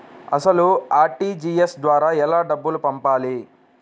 అసలు అర్.టీ.జీ.ఎస్ ద్వారా ఎలా డబ్బులు పంపాలి?